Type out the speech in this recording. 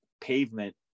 pavement